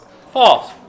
False